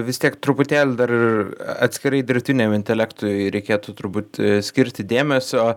vis tiek truputėlį dar atskirai dirbtiniam intelektui reikėtų turbūt skirti dėmesio